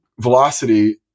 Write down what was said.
velocity